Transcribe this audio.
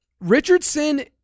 Richardson